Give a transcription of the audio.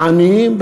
בעניים,